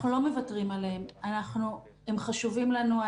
אנחנו לא מוותרים עליהם, הם חשובים לנו.